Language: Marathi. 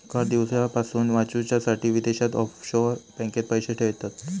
कर दिवच्यापासून वाचूच्यासाठी विदेशात ऑफशोअर बँकेत पैशे ठेयतत